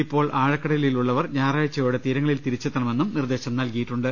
ഇപ്പോൾ ആഴക്കടലിൽ ഉള്ളവർ ഞായറാഴ്ച്ചയോടെ തീരങ്ങളിൽ തിരിച്ചെത്തണമെന്നും നിർദേശം നൽകിയിട്ടുണ്ട്